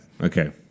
Okay